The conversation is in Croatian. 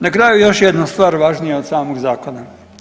Na kraju još jedna stvar važnija od samog zakona.